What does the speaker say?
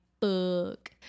fuck